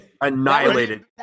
annihilated